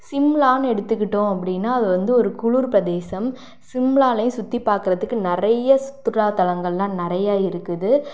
சிம்லான்னு எடுத்துக்கிட்டோம் அப்படின்னா அது வந்து ஒரு குளிர் பிரதேசம் சிம்லாலையும் சுற்றி பார்க்குறதுக்கு நிறையா சுற்றுலா தளங்கள்லாம் நிறையா இருக்குது